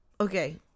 okay